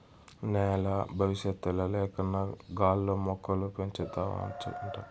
నేల బవిసత్తుల లేకన్నా గాల్లో మొక్కలు పెంచవచ్చంట